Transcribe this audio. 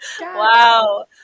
Wow